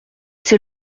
c’est